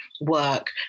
work